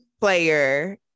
Player